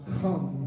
come